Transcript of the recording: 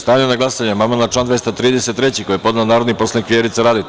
Stavljam na glasanje amandman na član 233. koji je podnela narodni poslanik Vjerica Radeta.